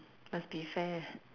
must be fair